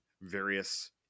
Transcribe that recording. various